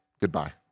goodbye